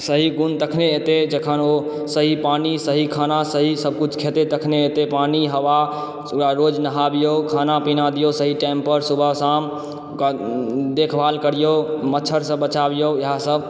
सही गुण तखने एतै जखन ओ सही पानि सही खाना सही सबकिछु खेतै तखने हेतै पानि हवा ओकरा रोज नहाबिऔ खाना पीना दिऔ सही टाइम पर सुबह शाम ओकरा देखभाल करिऔ मच्छड़सँ बचाबिऔ इएह सब